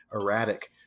erratic